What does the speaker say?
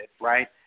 right